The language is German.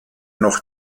noch